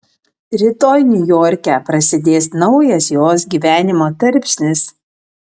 rytoj niujorke prasidės naujas jos gyvenimo tarpsnis